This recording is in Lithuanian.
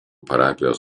parapijos